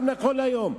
גם נכון להיום,